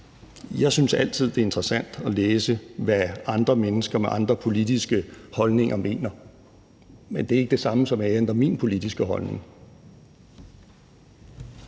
Jeg synes altid, det er interessant at læse, hvad andre mennesker med andre politiske holdninger mener. Men det er ikke det samme, som at jeg ændrer min politiske holdning.